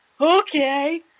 Okay